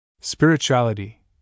Spirituality